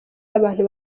abantu